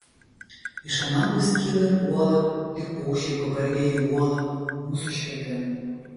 iš anapus kyla ir puola lyg paukščiai pavargę į uolą mūsų širdin